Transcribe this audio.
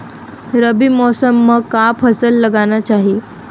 रबी मौसम म का फसल लगाना चहिए?